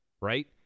right